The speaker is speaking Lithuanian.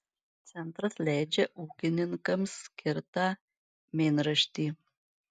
centras leidžia ūkininkams skirtą mėnraštį